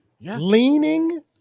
leaning